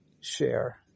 share